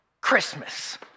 Christmas